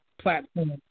platform